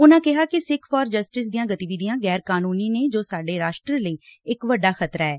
ਉਨੂਾ ਕਿਹਾ ਕਿ ਸਿੱਖਸ ਫਾਰ ਜਸਟਿਸ ਦੀਆਂ ਗਤੀਵਿਧੀਆਂ ਗੈਰ ਕਾਨੂੰਨੀ ਨੇ ਜੋ ਸਾਡੇ ਰਾਸ਼ਟਰ ਲਈ ਵੱਡਾ ਖਤਰਾ ਐ